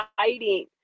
exciting